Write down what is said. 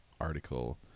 article